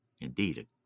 Indeed